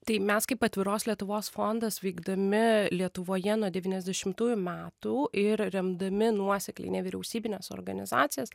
tai mes kaip atviros lietuvos fondas veikdami lietuvoje nuo devyniasdešimtųjų metų ir remdami nuosekliai nevyriausybines organizacijas